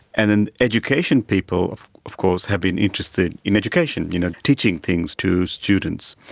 and then education people of of course have been interested in education, you know teaching things to students.